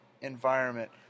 environment